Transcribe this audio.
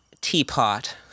teapot